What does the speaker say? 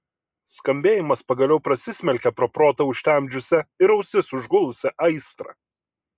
skambėjimas pagaliau prasismelkė pro protą užtemdžiusią ir ausis užgulusią aistrą